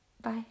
Bye